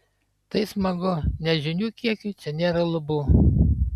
tai smagu nes žinių kiekiui čia nėra lubų